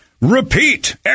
repeat